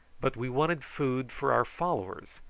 but we wanted food for our followers,